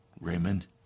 Raymond